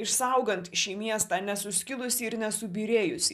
išsaugant šį miestą nesuskilusį ir nesubyrėjusį